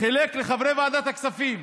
חילק לחברי ועדת הכספים,